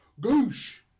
Goosh